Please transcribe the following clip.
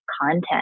content